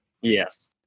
yes